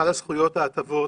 סל הזכויות וההטבות